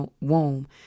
womb